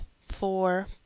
four